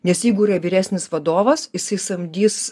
nes jeigu yra vyresnis vadovas jisai samdys